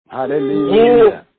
Hallelujah